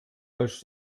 euch